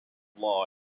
law